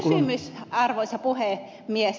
kysymys arvoisa puhemies on